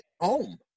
home